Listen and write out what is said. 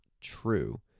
true